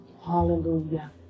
Hallelujah